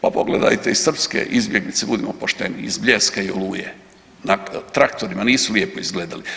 Pa pogledajte i srpske izbjeglice, budimo pošteni, iz Bljeska i Oluje, na traktorima nisu lijepo izgledali.